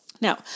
Now